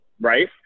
right